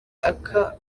aka